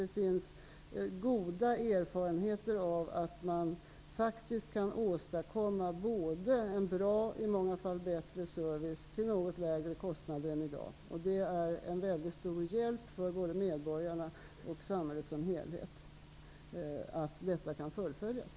Det finns goda erfarenheter av att man faktiskt kan åstadkomma både en bra -- och i många fall bättre -- service till något lägre kostnader än i dag. Det är en mycket stor hjälp för både medborgarna och samhället som helhet att detta kan fullföljas.